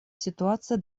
ситуация